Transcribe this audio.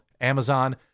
Amazon